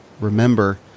remember